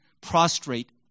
prostrate